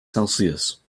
celsius